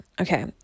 okay